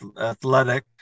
athletic